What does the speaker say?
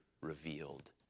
revealed